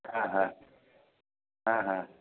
हाँ हाँ